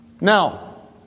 Now